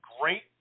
great